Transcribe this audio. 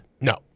No